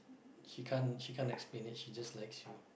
she can't she can't explain it she just likes you